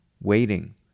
waiting